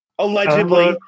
Allegedly